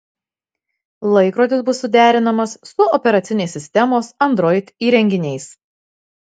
laikrodis bus suderinamas su operacinės sistemos android įrenginiais